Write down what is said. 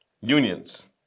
Unions